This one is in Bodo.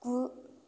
गु